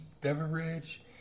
beverage